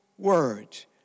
words